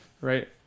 right